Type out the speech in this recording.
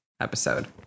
episode